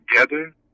together